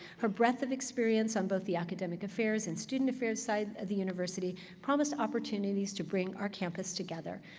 her breadth of experience on both the academic affairs and student affairs side of the university promised opportunities to bring our campus together.